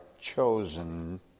chosen